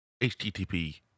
HTTP